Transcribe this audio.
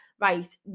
right